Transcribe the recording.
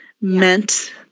meant